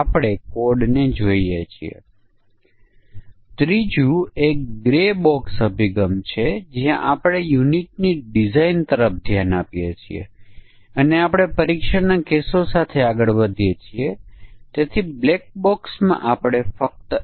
fetch image જે URL લે છે અને એક ઇમેજ આપે છે આ કિસ્સામાં આપણી સમકક્ષતાની બહુવિધ વ્યાખ્યા હોઈ શકે છે અને તેથી આપણે તે બધાને ધ્યાનમાં લેવું જોઈએ